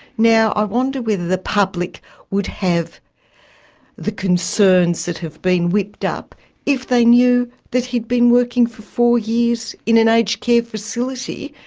now, i wonder whether the public would have the concerns that have been whipped up if they knew that he'd been working for four years in an aged care facility,